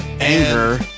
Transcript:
Anger